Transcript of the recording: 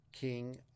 King